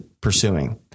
pursuing